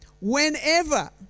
Whenever